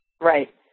Right